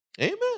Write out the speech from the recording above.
Amen